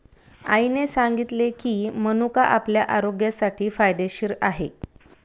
आईने सांगितले की, मनुका आपल्या आरोग्यासाठी फायदेशीर आहे